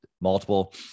Multiple